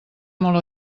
molt